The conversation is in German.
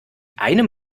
einem